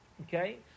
okay